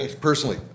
Personally